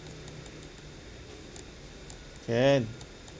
can